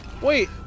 Wait